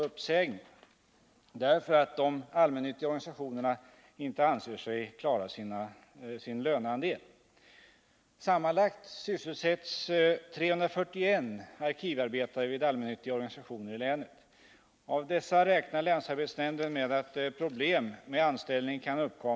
Motionens farhågor verkar tyvärr bli besannade. Enligt tidningsuppgifter hotas enbart i Västerbotten 350 arkivarbetare av uppsägning den 1 juli i år.